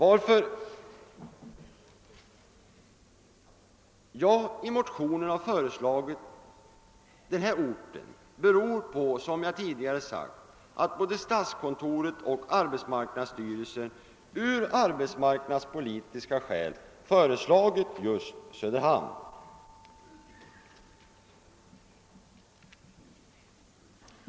Att jag i motionen har föreslagit denna ort beror på, som jag tidigare sagt, att både statskontoret och arbetsmarknadsstyrelsen av arbetsmarknadspolitiska skäl föreslagit Söderhamn.